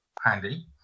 handy